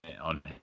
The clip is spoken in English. on